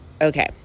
Okay